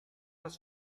was